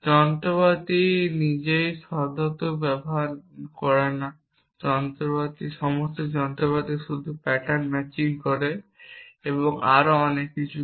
যন্ত্রপাতি নিজেই শব্দার্থক ব্যবহার করে না সমস্ত যন্ত্রপাতি শুধু প্যাটার্ন ম্যাচিং করে এবং আরও অনেক কিছু করে